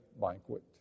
banquet